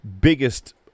biggest